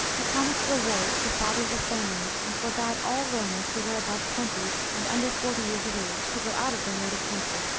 he promised rewards to fathers of families, and forbade all romans who were above twenty, and under forty years of age, to go out of their native country.